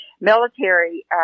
Military